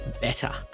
better